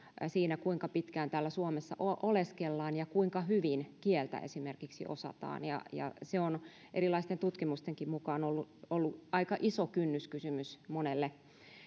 siinä kuinka pitkään täällä suomessa oleskellaan ja kuinka hyvin esimerkiksi kieltä osataan erilaisten tutkimustenkin mukaan nimenomaan se kielen osaaminen on ollut aika iso kynnyskysymys monelle